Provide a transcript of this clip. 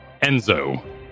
Enzo